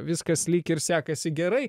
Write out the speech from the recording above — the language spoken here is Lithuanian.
viskas lyg ir sekasi gerai